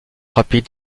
rapide